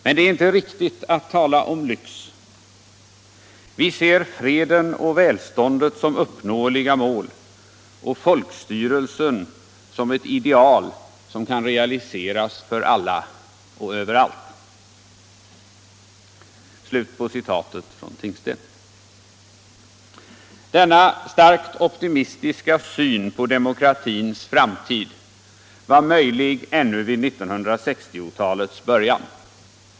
Men det är inte riktigt att tala om lyx; vi ser freden och välståndet som uppnåeliga mål och folkstyrelsen som ett ideal som kan realiseras för alla och överallt.” Denna starkt optimistiska syn på demokratins framtid var möjlig ännu vid 1960-talets början.